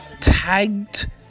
tagged